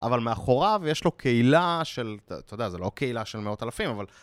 אבל מאחוריו יש לו קהילה של, אתה יודע, זו לא קהילה של מאות אלפים, אבל...